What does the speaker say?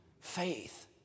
Faith